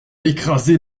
écrasé